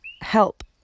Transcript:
help